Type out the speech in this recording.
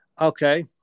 Okay